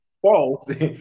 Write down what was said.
false